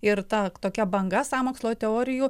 ir ta tokia banga sąmokslo teorijų